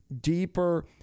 deeper